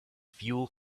fuel